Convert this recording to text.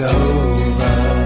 over